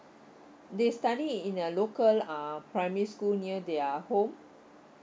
they study in a local uh primary school near their home